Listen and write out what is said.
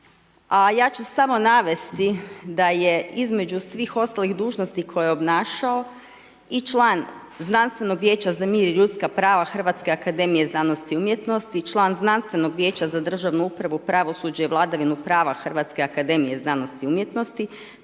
ja ću samo navesti da je između svih ostalih dužnosti koje je obnašao, i član znanstvenog vijeća za mir i ljudska prava Hrvatske akademije znanosti i umjetnosti, i član znanstvenog vijeća za državnu upravu, pravosuđe i vladavinu prava Hrvatske akademije znanosti i umjetnosti,